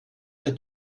vas